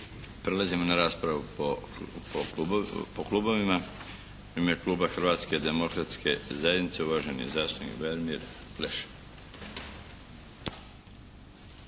Prelazimo na raspravu po klubovima. U ime kluba Hrvatske demokratske zajednice, uvaženi zastupnik Velimir Pleša.